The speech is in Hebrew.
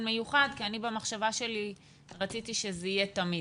מיוחד כי אני במחשבה שלי רציתי שזה יהיה תמיד.